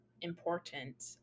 important